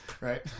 Right